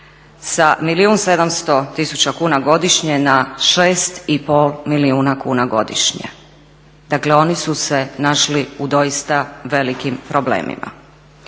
700 tisuća kuna godišnje na 6,5 milijuna kuna godišnje. Dakle, oni su se našli u doista velikim problemima.